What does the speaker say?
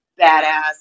badass